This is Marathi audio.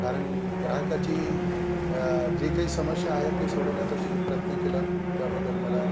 कारण ग्राहकाची जी काही समस्या आहेत ते सोडवण्याचा तुम्ही प्रयत्न केलात त्याबद्दल मला